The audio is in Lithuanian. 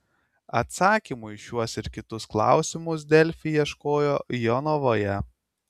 atsakymų į šiuos ir kitus klausimus delfi ieškojo jonavoje